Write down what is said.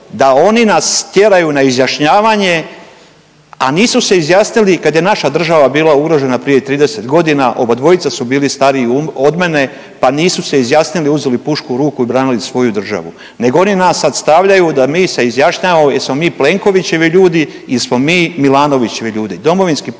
da oni nas tjeraju na izjašnjavanje, a nisu se izjasnili kad je naša država bila ugrožena prije 30 godina, obadvojica su bili stariji od mene pa nisu se izjasnili, uzeli pušku u ruku i branili svoju državu nego oni nas sad stavljaju da mi se izjašnjavamo jesmo mi Plenkovićevi ljudi ili smo mi Milanovićevi ljudi.